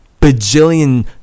bajillion